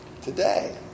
today